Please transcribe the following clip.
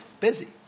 busy